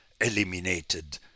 eliminated